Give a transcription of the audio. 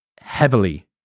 Heavily